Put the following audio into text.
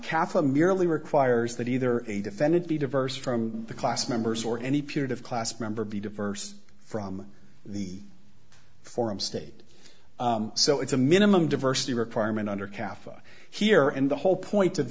kathlyn merely requires that either a defendant be diverse from the class members or any period of class member be diverse from the forum state so it's a minimum diversity requirement under cafe here and the whole point of